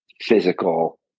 physical